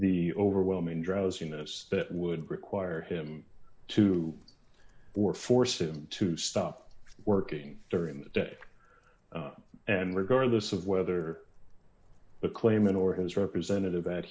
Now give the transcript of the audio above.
the overwhelming drowsiness that would require him to or force him to stop working during the day and regardless of whether the claimant or his representative at